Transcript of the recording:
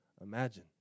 imagine